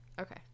Okay